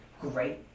great